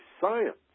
science